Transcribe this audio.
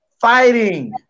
fighting